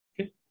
Okay